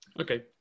okay